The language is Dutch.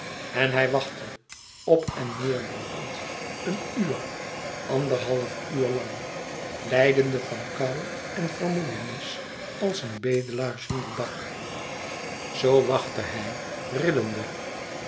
en hij wachtte op en neêr loopend een uur anderhalf uur lang lijdende van koû en vermoeienis als een bedelaar zonder dak zoo wachtte hij rillende